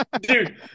dude